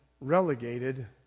relegated